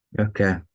Okay